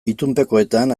itunpekoetan